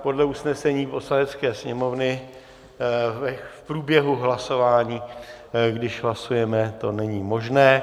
Podle usnesení Poslanecké sněmovny v průběhu hlasování, když hlasujeme, to není možné.